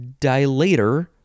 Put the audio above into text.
dilator